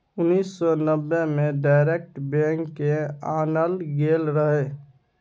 उन्नैस सय नब्बे मे डायरेक्ट बैंक केँ आनल गेल रहय